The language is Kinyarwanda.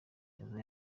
uza